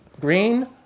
Green